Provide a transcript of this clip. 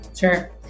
Sure